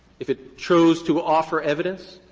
if it chose to offer evidence,